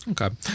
Okay